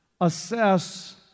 assess